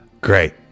Great